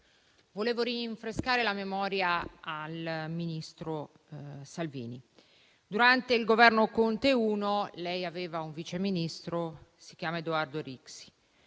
vorrei rinfrescare la memoria al ministro Salvini: durante il Governo Conte I lei aveva un vice Ministro che si chiama Edoardo Rixi;